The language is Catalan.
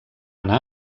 anar